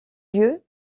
lieu